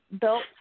built